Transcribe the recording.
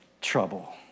trouble